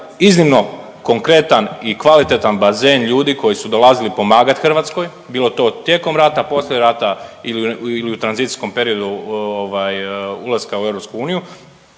iznimno konkretan i kvalitetan bazen ljudi koji su dolazili pomagati Hrvatskoj bilo to tijekom rata, poslije rata ili u tranzicijskom periodu ovaj ulaska u EU,